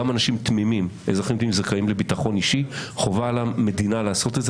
גם אנשים תמימים זכאים לביטחון אישי וחובה על המדינה לפעול לכך.